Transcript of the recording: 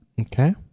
Okay